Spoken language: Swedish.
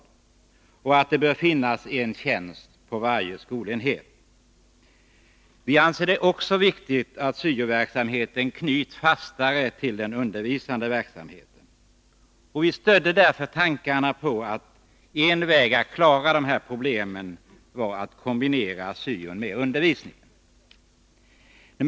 Vi ansåg att det borde finnas en tjänst på varje skolenhet och att det var viktigt att syoverksamheten knöts fastare till skolans undervisande verksamhet. En väg att klara detta är att kombinera syo med undervisning.